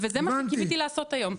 וזה מה שרציתי לעשות היום.